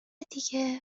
دیگه